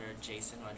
Jason